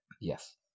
Yes